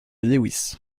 lewis